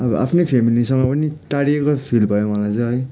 अब आफ्नै फ्यामिलीसँग पनि टाढिएको फिल भयो मलाई चाहिँ है